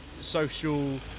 social